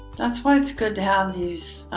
that's why it's good to have these,